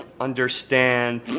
understand